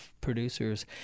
producers